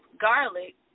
garlic